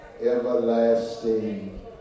everlasting